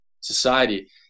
society